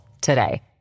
today